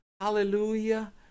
Hallelujah